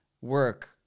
work